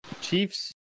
Chiefs